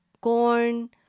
corn